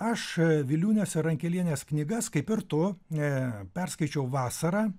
aš viliūnienė rankelienės knygas kaip ir tu aa perskaičiau vasarą